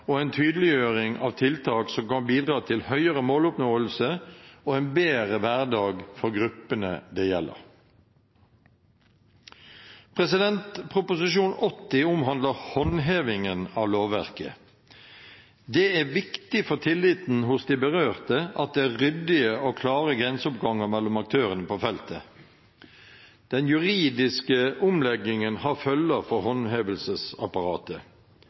og en tydeliggjøring av tiltak som kan bidra til høyere måloppnåelse og en bedre hverdag for gruppene det gjelder. Prop. 80 L for 2016–2017 omhandler håndhevingen av lovverket. Det er viktig for tilliten hos de berørte at det er ryddige og klare grenseoppganger mellom aktørene på feltet. Den juridiske omleggingen har følger for